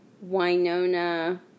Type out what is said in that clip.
Winona